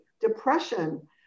depression